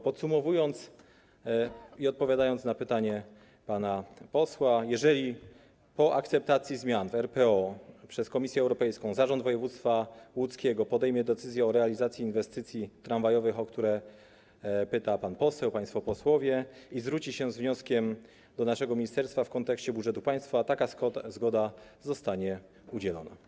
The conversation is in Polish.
Podsumowując i odpowiadając na pytanie pana posła, informuję, że jeżeli po akceptacji zmiany w RPO przez Komisję Europejską Zarząd Województwa Łódzkiego podejmie decyzję o realizacji inwestycji tramwajowych, o które pyta pan poseł, państwo posłowie, i zwróci się z wnioskiem w tej sprawie do naszego ministerstwa w kontekście budżetu państwa, taka zgoda zostanie udzielona.